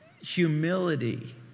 humility